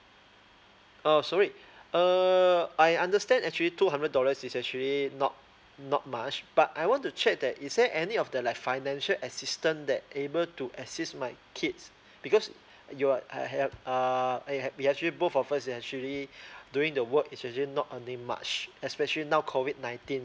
uh sorry err I understand actually two hundred dollars is actually not not much but I want to check that is there any of the like financial assistance that able to assist my kids because you're I have err I have we actually both of us is actually doing the work is actually not earning much especially now COVID nineteen